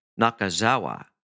Nakazawa